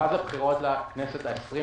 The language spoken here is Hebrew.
מאז הבחירות לכנסת ה-21,